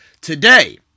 today